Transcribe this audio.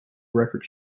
record